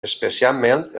especialment